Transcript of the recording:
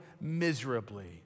miserably